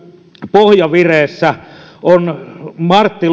pohjavireessä on martti